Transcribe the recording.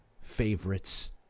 favorites